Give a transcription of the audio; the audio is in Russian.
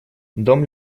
дом